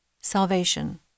Salvation